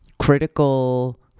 critical